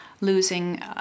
losing